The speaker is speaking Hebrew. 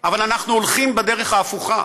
אבל אנחנו הולכים בדרך ההפוכה.